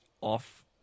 off